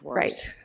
right.